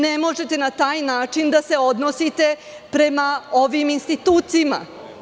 Ne možete na taj način da se odnosite prema ovim institutima.